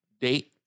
Date